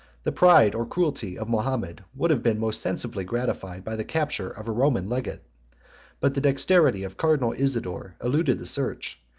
the pride or cruelty of mahomet would have been most sensibly gratified by the capture of a roman legate but the dexterity of cardinal isidore eluded the search,